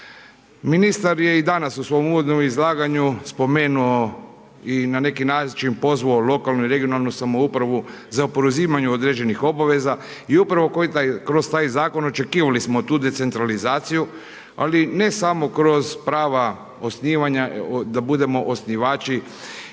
Ministar je i danas u svom uvodnom izlaganju spomenuo i na neki način pozvao lokalnu i regionalnu samoupravu za preuzimanje određenih obaveza i upravo kroz taj zakon očekivali smo tu decentralizaciju, ali ne samo kroz prava osnivanja da budemo osnivači